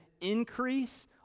increase